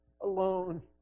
alone